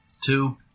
Two